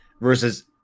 versus